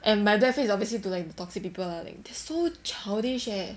and my black face is obviously to like the toxic people lah like they're so childish leh